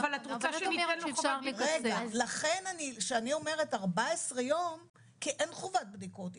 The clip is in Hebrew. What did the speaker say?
כשאני אומרת 14 יום, כי אין חובת בדיקות.